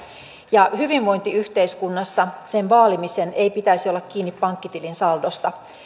ja hyvinvointiyhteiskunnassa niiden vaalimisen ei pitäisi olla kiinni pankkitilin saldosta